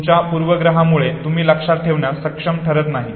तुमच्या पूर्वाग्रहामुळे तुम्ही लक्षात ठेवण्यास सक्षम ठरत नाही